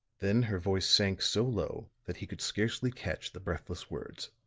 then her voice sank so low that he could scarcely catch the breathless words.